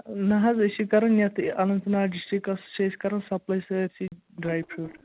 نا حظ أسۍ چھِ کَران یَتھ اننت ناگ ڈِسٹرٛکَس چھِ أسۍ کَران سپلاے سٲرۍ سٕے ڈرٛے فرٛوٗٹ